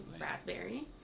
Raspberry